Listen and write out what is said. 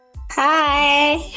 Hi